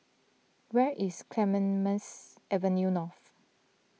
where is Clemen Mence Avenue North